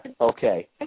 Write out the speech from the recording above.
Okay